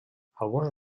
alguns